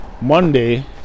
Monday